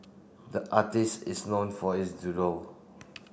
the artist is known for his doodle